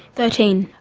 thirteen,